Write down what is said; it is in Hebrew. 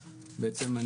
בעצם,